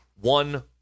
One